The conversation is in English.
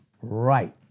Right